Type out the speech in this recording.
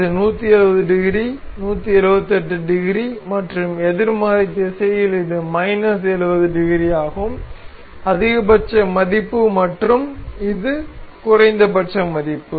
இது 170 degree 178 degree மற்றும் எதிர்மறை திசையில் இது மைனஸ் 70 டிகிரி ஆகும் அதிகபட்ச மதிப்பு மற்றும் இந்த குறைந்தபட்ச மதிப்பு